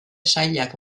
sailak